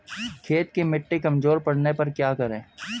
खेत की मिटी कमजोर पड़ने पर क्या करें?